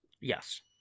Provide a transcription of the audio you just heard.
Yes